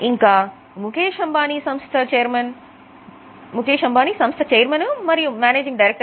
ఇంకా ముకేశ్ అంబానీ సంస్థ చైర్మన్ మరియు మ్యానేజింగ్ డైరెక్టర్